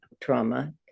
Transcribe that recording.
trauma